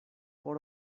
por